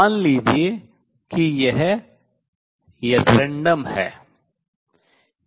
मान लीजिए कि यह यादृच्छिक है